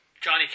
Johnny